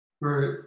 right